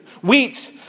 Wheat